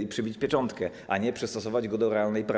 i przybić pieczątkę, a nie przygotować go do realnej pracy.